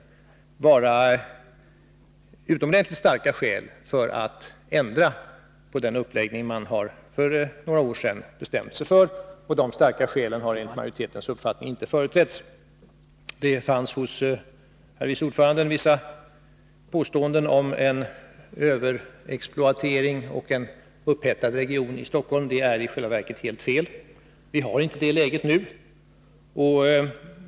Det måste föreligga utomordentligt starka skäl för att ändra 87 den uppläggning som man några år tidigare hade bestämt sig för. Dessa starka skäl har enligt majoritetens uppfattning inte redovisats. Herr vice ordföranden gör vissa påståenden om överexploatering och en upphettad region i Stockholm. Det är i själva verket helt fel. Vi har inte det läget nu.